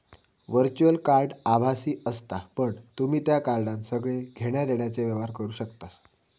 virtual card आभासी असता पण तुम्ही त्या कार्डान सगळे घेण्या देण्याचे व्यवहार करू शकतास